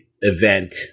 event